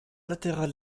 latéral